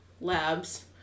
labs